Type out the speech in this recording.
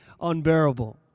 unbearable